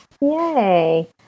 Yay